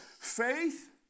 Faith